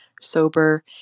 sober